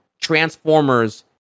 Transformers